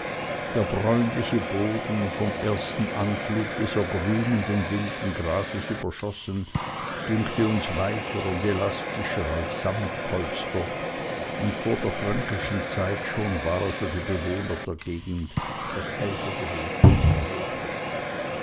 der bräunliche boden vom ersten anflug des ergrünenden wilden grases überschossen dünkte uns weicher und elastischer als sammetpolster und vor der fränkischen zeit schon war er für die bewohner der gegend dasselbe gewesen was heute